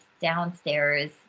downstairs